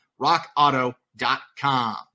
rockauto.com